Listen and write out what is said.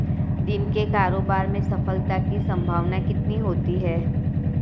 दिन के कारोबार में सफलता की संभावना कितनी होती है?